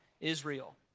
Israel